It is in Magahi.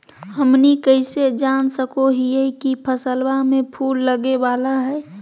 हमनी कइसे जान सको हीयइ की फसलबा में फूल लगे वाला हइ?